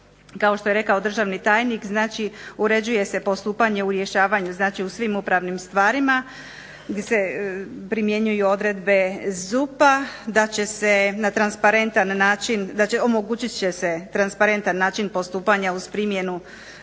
kao što je rekao državni tajnik uređuje se postupanje u rješavanju znači u svim upravnim stvarima gdje se primjenjuju odredbe ZUP-a, omogućit će se transparentan način postupanja uz primjenu